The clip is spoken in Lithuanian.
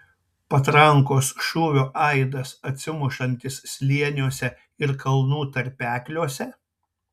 patrankos šūvio aidas atsimušantis slėniuose ir kalnų tarpekliuose